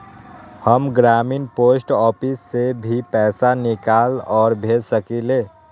हम ग्रामीण post office से भी पैसा निकाल और भेज सकेली?